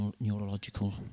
neurological